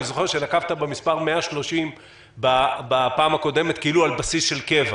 אני זוכר שנקבת במספר 130 בפעם הקודמת על בסיס של קבע.